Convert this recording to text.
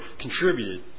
contributed